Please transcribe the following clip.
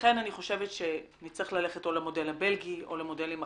לכן אני חושבת שנצטרך ללכת או למודל הבלגי או למודלים אחרים,